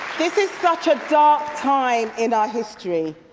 this is such a dark time in our history.